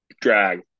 drag